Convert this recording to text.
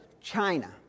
China